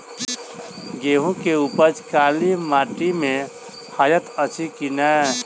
गेंहूँ केँ उपज काली माटि मे हएत अछि की नै?